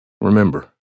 Remember